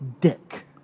dick